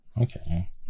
Okay